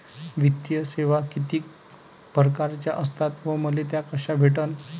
वित्तीय सेवा कितीक परकारच्या असतात व मले त्या कशा भेटन?